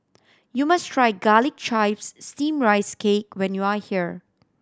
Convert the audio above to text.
you must try Garlic Chives Steamed Rice Cake when you are here